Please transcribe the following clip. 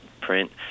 print